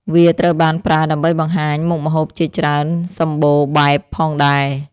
វាត្រូវបានប្រើដើម្បីបង្ហាញមុខម្ហូបជាច្រើនសម្បូរបែបផងដែរ។